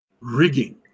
rigging